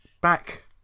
back